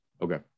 Okay